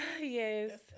Yes